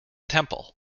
temple